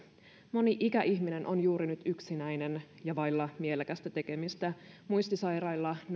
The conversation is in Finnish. moni ikäihminen on juuri nyt yksinäinen ja vailla mielekästä tekemistä muistisairailla